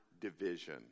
division